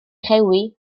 rhewi